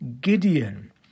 Gideon